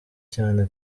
cyane